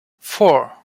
four